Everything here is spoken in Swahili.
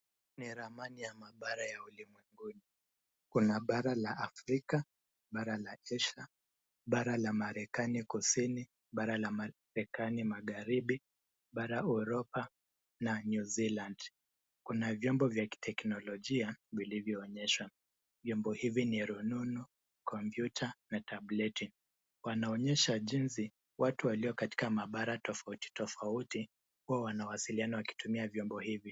Ni ramani ya mabara ya ulimwenguni. Kuna bara la Afrika, bara la Asia, bara la marekani kusini, bara la marekani magharibi, bara Uropa na New Zealand. Kuna vyombo vya kiteknolojia vilivyo onyesha. Vyombo hivi ni rununu, kompyuta na tableti. Wanaonyesha jinsi watu walio katika mabara tofauti tofauti huwa wanawasiliana wakitumia vyombo hivi.